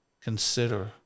consider